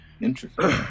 Interesting